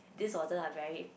this wasn't a very